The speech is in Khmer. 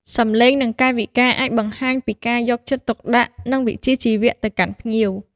សម្លេង និងកាយវិការអាចបង្ហាញពីការយកចិត្តទុកដាក់ និងវិជ្ជាជីវៈទៅកាន់ភ្ញៀវ។